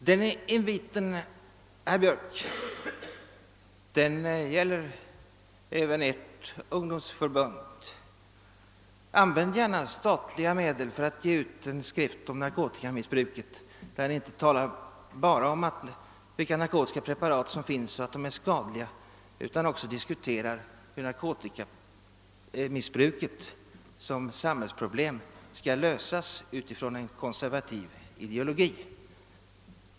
Denna invit, herr Björck, gäller även ert ungdomsförbund. Använd gärna statliga medel för att ge ut en skrift om narkotikamissbruket, där ni inte talar bara om vilka narkotikapreparat som finns och att de är skadliga utan också diskuterar hur narkotikamissbruket som samhällsproblem skall lösas utifrån en konservativ ideologi!